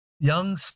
Young